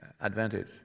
advantage